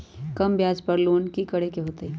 कम ब्याज पर लोन की करे के होतई?